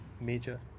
major